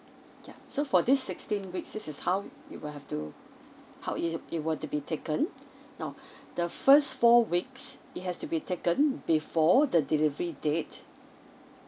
yup so for this sixteen weeks this is how you will have to how is it were to be taken now the first four weeks it has to be taken before the delivery date